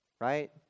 right